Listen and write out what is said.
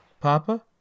Papa